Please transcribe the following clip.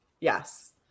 yes